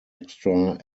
extra